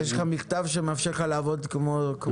יש לך מכתב שמאפשר לך לעבוד כמו תעופה?